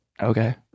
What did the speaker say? okay